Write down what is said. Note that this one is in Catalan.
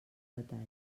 detall